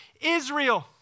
Israel